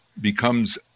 becomes